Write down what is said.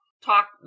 talk